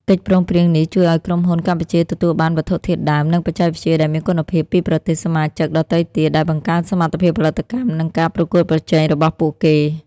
កិច្ចព្រមព្រៀងនេះជួយឲ្យក្រុមហ៊ុនកម្ពុជាទទួលបានវត្ថុធាតុដើម និងបច្ចេកវិទ្យាដែលមានគុណភាពពីប្រទេសសមាជិកដទៃទៀត ដែលបង្កើនសមត្ថភាពផលិតកម្ម និងការប្រកួតប្រជែងរបស់ពួកគេ។